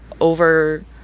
over